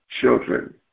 children